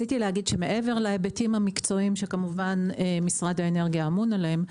מעבר להיבטים המקצועיים שכמובן משרד האנרגיה אמון עליהם,